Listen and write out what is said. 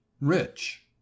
rich